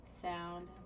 sound